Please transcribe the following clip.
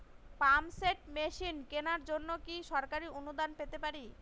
Pump set machine কেনার জন্য কি সরকারি অনুদান পেতে পারি?